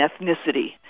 ethnicity